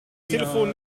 telefon